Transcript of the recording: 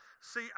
See